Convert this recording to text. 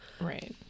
Right